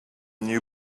new